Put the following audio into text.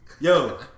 Yo